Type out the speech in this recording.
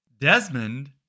Desmond